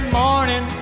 morning